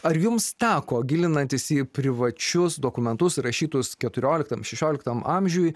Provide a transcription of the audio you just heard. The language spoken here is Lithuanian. ar jums teko gilinantis į privačius dokumentus rašytus keturioliktam šešioliktam amžiuj